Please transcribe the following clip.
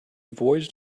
voyaged